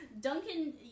Duncan